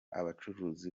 abacuruzi